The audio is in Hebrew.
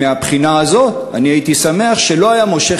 מהבחינה הזאת אני הייתי שמח אם הוא לא היה מושך